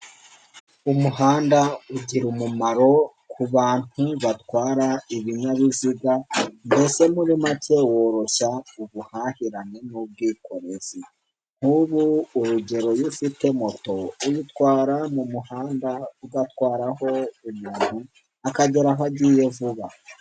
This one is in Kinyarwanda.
Umuhanda ugira umumaro ku bantu batwara ibinyabiziga. Mbese muri make woroshya ubuhahirane n'ubwikorezi. Nk'ubu urugero iyo ufite moto, uyitwara mu muhanda ugatwaraho umuntu akagera aho agiye vuba.